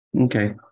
Okay